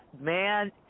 Man